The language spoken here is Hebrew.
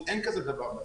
אין דבר כזה בתעשייה,